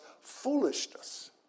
foolishness